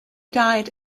died